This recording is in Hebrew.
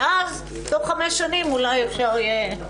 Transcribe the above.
ואז תוך חמש שנים אולי אפשר יהיה...